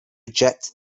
reject